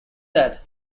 that